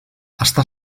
està